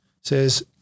says